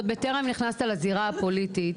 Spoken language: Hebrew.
עוד בטרם נכנסת לזירה הפוליטית,